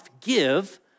give